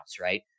right